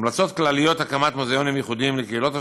המלצות כלליות: הקמת מוזיאונים ייחודיים לקהילות השונות,